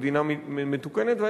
במדינה מתוקנת,